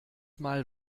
mal